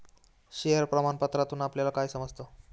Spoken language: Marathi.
शेअर प्रमाण पत्रातून आपल्याला काय समजतं?